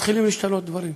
מתחילים להשתנות דברים.